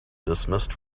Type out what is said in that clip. dismissed